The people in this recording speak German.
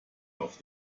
auf